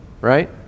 Right